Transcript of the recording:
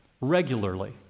regularly